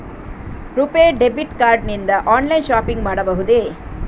RuPay debit card ನಿಂದ online shopping ಮಾಡಬಹುದೇ?